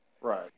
Right